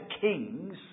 kings